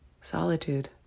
solitude